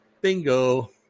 bingo